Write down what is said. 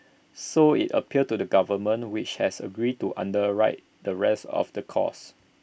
so IT appealed to the government which has agreed to underwrite the rest of the cost